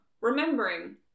remembering